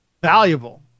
valuable